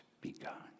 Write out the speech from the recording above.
begun